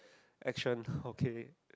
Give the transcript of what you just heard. action okay